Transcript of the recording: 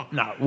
no